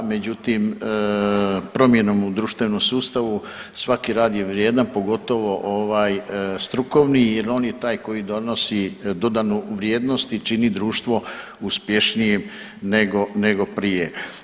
Međutim, promjenom u društvenom sustavu svaki rad je vrijedan pogotovo ovaj strukovni jer on je taj koji donosi dodanu vrijednost i čini društvo uspješnijim nego prije.